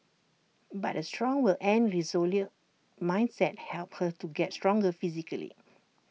but A strong will and resolute mindset helped her to get stronger physically